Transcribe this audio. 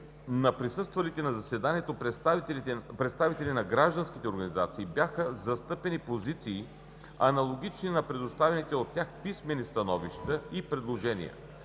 на присъствалите на заседанието представители на гражданските организации бяха застъпени позиции, аналогични на предоставените от тях писмени становища и предложения,